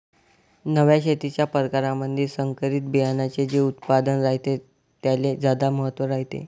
नव्या शेतीच्या परकारामंधी संकरित बियान्याचे जे उत्पादन रायते त्याले ज्यादा महत्त्व रायते